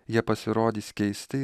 jie pasirodys keisti